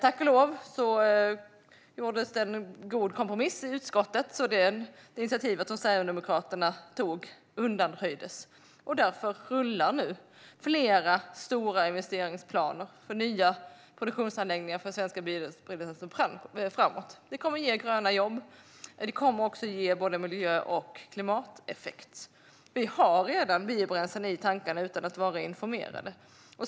Tack och lov gjordes en god kompromiss i utskottet så att det initiativ som Sverigedemokraterna tog kunde undanröjas. Därför rullar nu flera stora investeringsplaner för nya produktionsanläggningar för svenska biodrivmedel framåt. Detta kommer att ge gröna jobb, och det kommer också att ge både miljö och klimateffekt. Vi har redan biobränslen i tankarna utan att vara informerade.